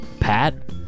Pat